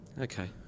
Okay